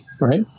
right